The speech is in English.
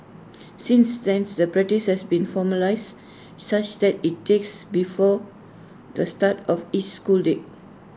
since then the practice has been formalised such that IT takes before the start of each school day